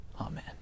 Amen